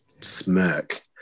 smirk